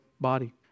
body